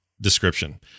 description